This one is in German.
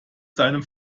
seinem